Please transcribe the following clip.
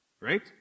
right